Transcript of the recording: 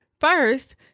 First